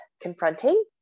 confronting